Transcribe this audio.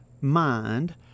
mind